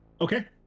Okay